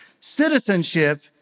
citizenship